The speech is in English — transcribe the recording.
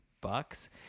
bucks